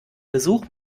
besuch